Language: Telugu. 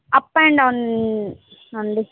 అప్ అండ్ డౌన్ అండి